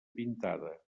pintada